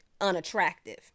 unattractive